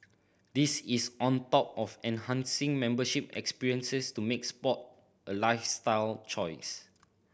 this is on top of enhancing membership experiences to make sport a lifestyle choice